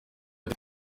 ati